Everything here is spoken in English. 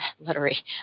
literary